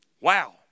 Wow